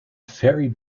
very